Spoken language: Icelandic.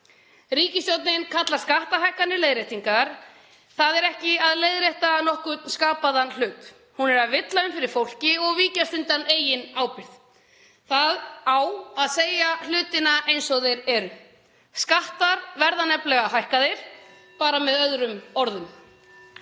Ríkisstjórnin kallar skattahækkanir leiðréttingar. Það er ekki að leiðrétta nokkurn skapaðan hlut. Hún er að villa um fyrir fólki og víkjast undan eigin ábyrgð. Það á að segja hlutina eins og þeir eru. Skattar verða nefnilega hækkaðir, bara með öðrum orðum.